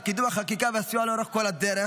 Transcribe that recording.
על קידום החקיקה והסיוע לאורך כל הדרך,